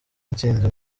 intsinzi